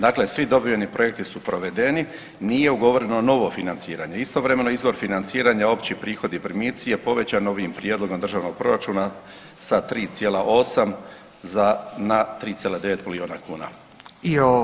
Dakle, svi dobiveni projekti su provedeni, nije ugovoreno novo financiranje, istovremeno izvor financiranja Opći prihodi i primici je povećan ovim prijedlogom Državnog proračuna sa 3,8 na 3,9 milijuna kuna.